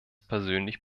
persönlich